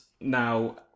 now